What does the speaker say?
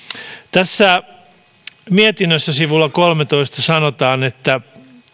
tässä mietinnössä sivulla kolmeentoista sanotaan että